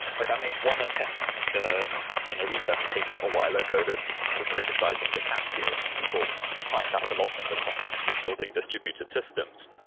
like i made one attempt in a research paper a while ago that was criticizing to cap theorem. people site that a lot in the context of building distributed systems.